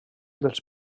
dels